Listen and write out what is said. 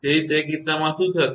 તેથી તે કિસ્સામાં શું થશે